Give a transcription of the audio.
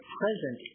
present